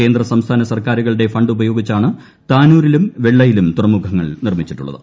കേന്ദ്ര സംസ്ഥാന സർക്കാരുകളുടെ ഫണ്ട് ഉപയോഗിച്ചാണ് താനൂരിലും വെള്ളയിലും തുറമുഖങ്ങൾ നിർമ്മിച്ചിട്ടുള്ളത്